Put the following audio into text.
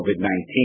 COVID-19